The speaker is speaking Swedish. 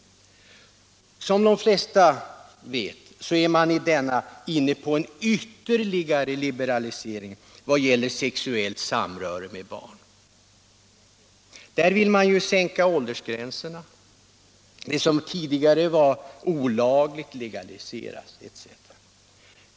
Som de flesta vet är man i denna utredning inne på en ytterligare liberalisering vad gäller sexuellt samröre med barn. Där vill man ju sänka åldersgränserna —- det som tidigare varit olagligt legaliseras etc.